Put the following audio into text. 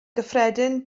gyffredin